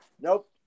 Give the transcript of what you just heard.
Nope